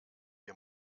ihr